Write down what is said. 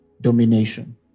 domination